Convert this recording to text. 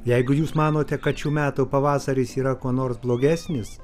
jeigu jūs manote kad šių metų pavasaris yra kuo nors blogesnis